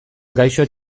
gaixo